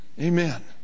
amen